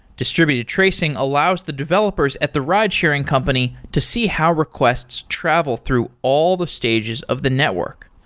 distributed tracing allows the developers at the ride-sharing company to see how requests travel through all the stages of the network.